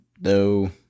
No